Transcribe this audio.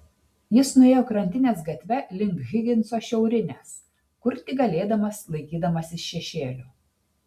jis nuėjo krantinės gatve link higinso šiaurinės kur tik galėdamas laikydamasis šešėlio